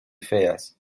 feas